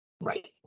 Right